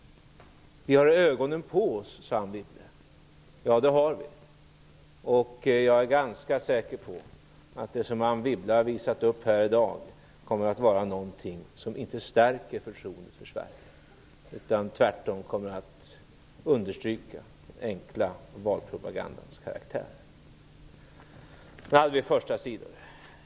Vi har ögonen på oss, sade Anne Wibble. Ja, det har vi. Jag är ganska säker på att det som Anne Wibble har visat upp här i dag kommer att vara någonting som inte stärker förtroendet för Sverige. Tvärtom kommer det att understryka den enkla valpropagandans karaktär. Så om första sidor.